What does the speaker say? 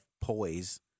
poise